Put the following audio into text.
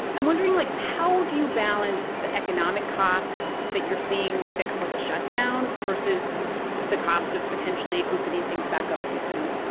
i'm wondering, like, how do you balance the economic costs that you're seeing that come with a shutdown versus the cost of potentially opening things back up too soon?